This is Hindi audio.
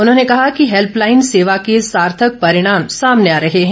उन्होंने कहा कि हैल्पलाईन सेवा के सार्थक परिणाम सामने आ रहे हैं